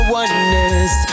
oneness